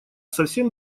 совсем